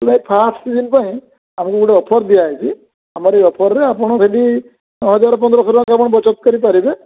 ଭାଇ fast gym ପାଇଁ ଆପଣଙ୍କୁ ଗୋଟିଏ ଅଫର୍ ଦିଆ ହୋଇଛି ଆମରି ଏଇ ଅଫର୍ରେ ଆପଣ ସେଠି ହଜାର ପନ୍ଦର ଶହ ଟଙ୍କା ଆପଣ ବଚତ କରି ପାରିବେ